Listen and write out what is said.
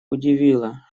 удивило